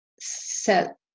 set